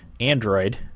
android